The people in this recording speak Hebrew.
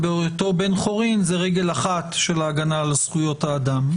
ובהיותו בן חורין זאת רגל אחת של ההגנה על זכויות האדם,